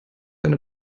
eine